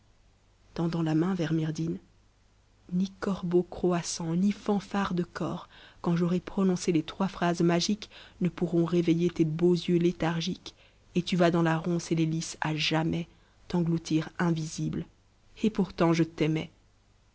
ni corbeau croassant ni fanfare de cor quand j'aurai prononcé tes trois phrases magiques ne po trront réveitter tes beaux yeux léthargiques et tu vas dans la ronce et tes lys à jamais t'engloutir invisible et pourtant je t'aimais